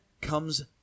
comes